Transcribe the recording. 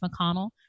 McConnell